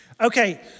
okay